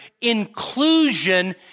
inclusion